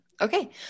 Okay